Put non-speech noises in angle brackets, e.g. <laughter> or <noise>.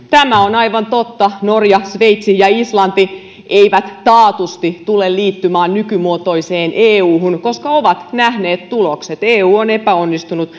<unintelligible> tämä on aivan totta norja sveitsi ja islanti eivät taatusti tule liittymään nykymuotoiseen euhun koska ovat nähneet tulokset eu on epäonnistunut <unintelligible>